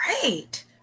great